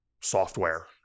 software